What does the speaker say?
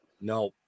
No